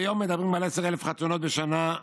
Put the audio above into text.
כיום מדברים על 10,000 חתונות בשנה.